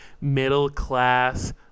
middle-class